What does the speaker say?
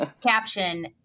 caption